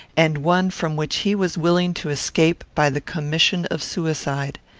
and one from which he was willing to escape by the commission of suicide.